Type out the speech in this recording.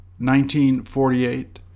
1948